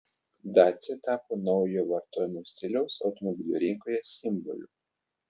dacia tapo naujojo vartojimo stiliaus automobilių rinkoje simboliu